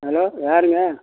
hello யாருங்க